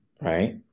right